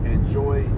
Enjoy